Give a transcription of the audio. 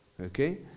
Okay